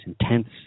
intense